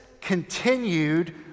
continued